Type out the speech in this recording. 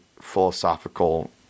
philosophical